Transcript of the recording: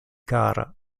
kara